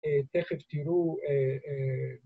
‫תכף תראו...